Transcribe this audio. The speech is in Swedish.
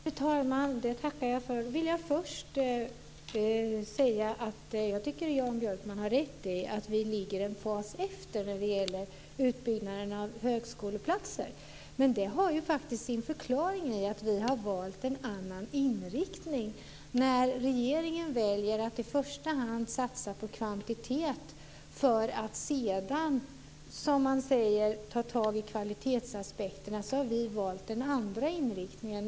Fru talman! Jag tycker att Jan Björkman har rätt i att vi kristdemokrater ligger en fas efter när det gäller utbyggnaden av högskoleplatser. Det har faktiskt sin förklaring i att vi har valt en annan inriktning. När regeringen väljer att i första hand satsa på kvantitet för att sedan, som man säger, ta tag i kvalitetsaspekterna har vi valt en annan inriktning.